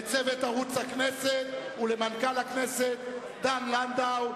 לצוות ערוץ הכנסת ולמנכ"ל הכנסת דן לנדאו.